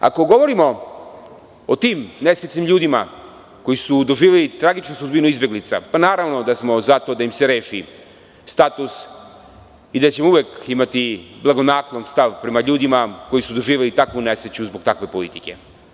Ako govorimo o timnesrećnim ljudima koji su doživeli tragičnu sudbinu izbeglica, pa naravno da smo za to da im se reši status i da ćemo uvek imati blagonaklon stav prema ljudima koji su doživeli takvu nesreću zbog takve politike.